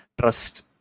Trust